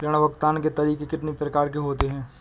ऋण भुगतान के तरीके कितनी प्रकार के होते हैं?